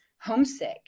homesick